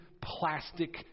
plastic